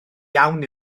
iawn